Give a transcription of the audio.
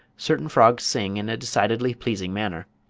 certain frogs sing in a decidedly pleasing manner.